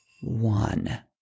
one